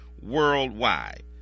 worldwide